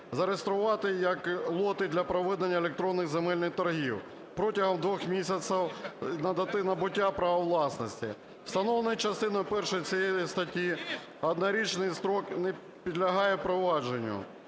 (зареєструвати як лоти для проведення електронних земельних торгів) протягом двох місяців з дати набуття права власності. Встановлений частиною першою цієї статті однорічний строк не підлягає продовженню.